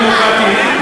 היהודית הדמוקרטית,